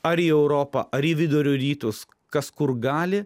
ar į europą ar į vidurio rytus kas kur gali